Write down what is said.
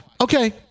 Okay